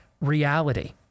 reality